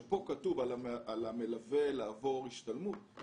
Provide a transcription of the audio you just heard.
כאשר כאן כתוב על המלווה לעבור השתלמות,